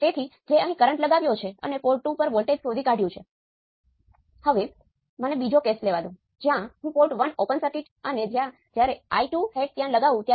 તેથી ચાલો હવે મને આ સર્કિટ માં હોય